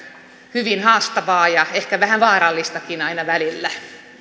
hyvin haastavaa ja ehkä vähän vaarallistakin aina välillä